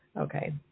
Okay